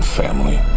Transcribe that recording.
family